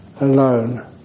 alone